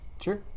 Sure